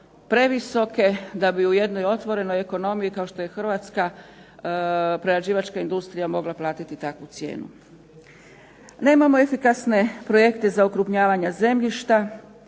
previsoke da bi u jednoj otvorenoj ekonomiji kao što je hrvatska prerađivačka industrija mogla platiti takvu cijenu. Nemamo efikasne projekte za okrupnjavanja zemljišta